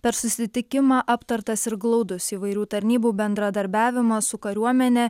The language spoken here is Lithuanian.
per susitikimą aptartas ir glaudus įvairių tarnybų bendradarbiavimas su kariuomene